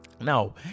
Now